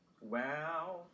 Wow